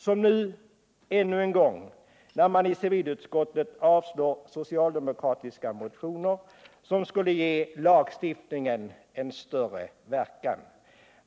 Som nu — ännu en gång — när de i civilutskottet avstyrker socialdemokratiska motioner som skulle ge lagstiftningen en större verkan.